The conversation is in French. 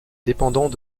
dépendant